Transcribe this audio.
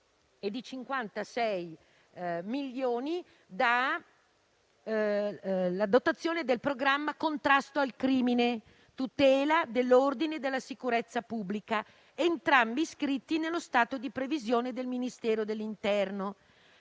e di 56 milioni la dotazione del programma «Contrasto al crimine, tutela dell'ordine e della sicurezza pubblica», entrambi iscritti nello stato di previsione del Ministero dell'interno.